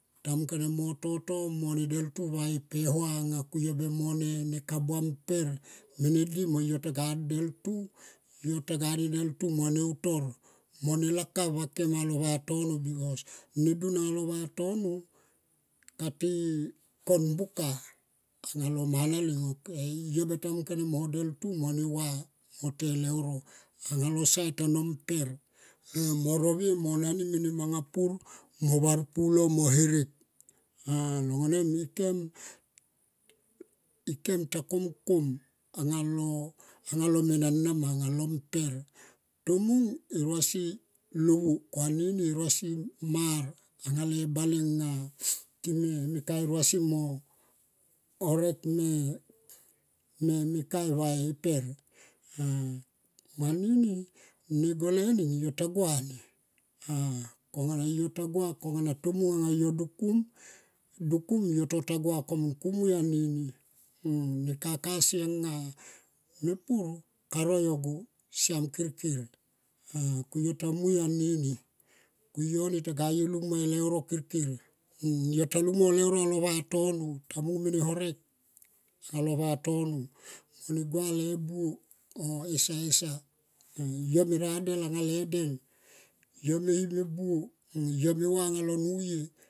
Tamung kone mototo modeltu va e pehua mo ne kabua mper mene di yo kataga deltu tage ne deltu mo ne utor mo ne laka va kem alo ne vatono bekos ne dun anga lo ne vatonoti kon buka alo mana leng ok yo yo beta mung kone mo deltu mo ne va mo ne te e leuro. Anga lo sait ano mper. Mo rovie mo nani mene manga pur mo var pulo mo herek. Ikem kem ta komkom angalo angalo menena ma angala mper. Tomung en rosie mar anga le bale anga time lai e rosie horek me eper mo anini konga yo tagua ni konang yo dukum yo gua anini. Ne kakasi anga mepur ka noyo go siam kirkir yo ta mui anini yo taga lung mo e leuro kirkir yo ta lung mo leuro alo vatomo mung me ne horek anga lone vatono. Mo ne gua le buo yo me radel ale del yo me me him e e buo yo me va anga lo nuye.